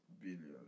Billion